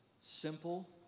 simple